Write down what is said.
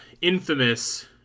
infamous